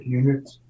units